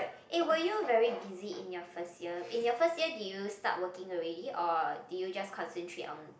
eh were you very busy in your first year in your first year did you start working already or did you just concentrate on